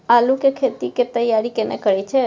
आलू के खेती के तैयारी केना करै छै?